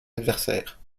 adversaire